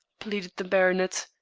pleaded the baronet.